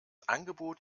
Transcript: angebot